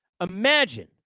Imagine